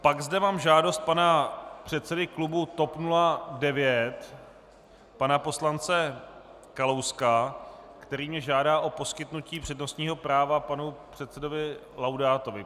Pak zde mám žádost předsedy klubu TOP 09 pana poslance Kalouska, který mě žádá o poskytnutí přednostního práva panu předsedovi Laudátovi.